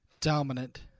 dominant